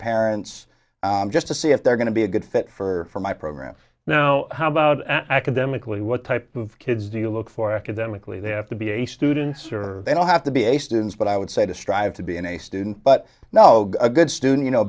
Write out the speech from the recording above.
parents just to see if they're going to be a good fit for my program now how about academically what type of kids do you look for academically they have to be a students or they don't have to be a student but i would say to strive to be an a student but no good student you know